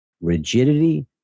rigidity